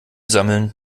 sammeln